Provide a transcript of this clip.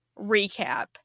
recap